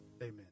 Amen